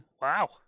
Wow